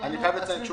עובדים.